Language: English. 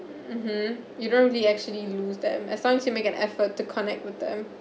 mmhmm you don't really actually lose them as long as you make an effort to connect with them